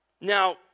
Now